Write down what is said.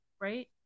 right